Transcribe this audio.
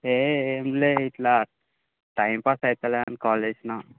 ఏ ఏమి లేదు ఇట్లా టైమ్పాస్ అవుతలేదని కాల్ చేసిన